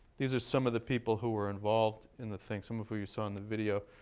these are some of the people who were involved in the thing, some of who you saw in the video.